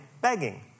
begging